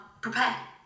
prepare